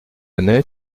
net